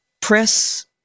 press